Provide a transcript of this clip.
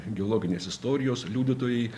geologinės istorijos liudytojai